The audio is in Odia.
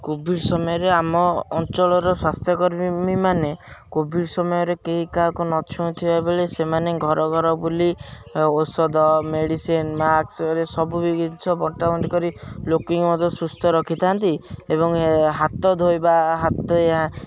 କୋଭିଡ଼ ସମୟରେ ଆମ ଅଞ୍ଚଳର ସ୍ୱାସ୍ଥ୍ୟକର୍ମୀ ମାନେ କୋଭିଡ଼ ସମୟରେ କେହି କାହାକୁ ନ ଛୁଇଥିବା ବେଳେ ସେମାନେ ଘର ଘର ବୁଲି ଔଷଧ ମେଡ଼ିସିନ ମାକ୍ସରେ ସବୁ ବି ଜିନିଷ ବଣ୍ଟା ବଣ୍ଟି କରି ଲୋକ ମଧ୍ୟ ସୁସ୍ଥ ରଖିଥାନ୍ତି ଏବଂ ହାତ ଧୋଇବା ହାତ